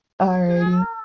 alrighty